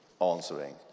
answering